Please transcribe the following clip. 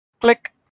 Click